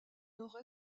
nord